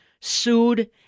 sued